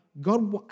God